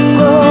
go